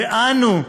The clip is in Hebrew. ואנו,